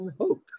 hope